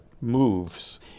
moves